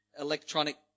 electronic